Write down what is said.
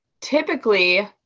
Typically